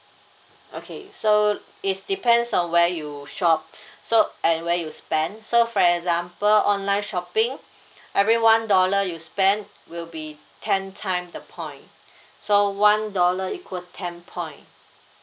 okay so is depends on where you shop so and where you spent so for example online shopping every one dollar you spent will be ten time the point so one dollar equal ten point